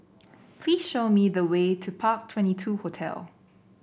please show me the way to Park Twenty two Hotel